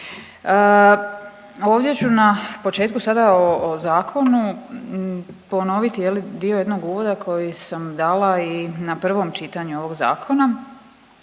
Ovdje ću na početku sada o zakonu ponoviti je li dio jednog uvoda koji sam dala i na prvom čitanju ovog zakona,